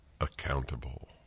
Accountable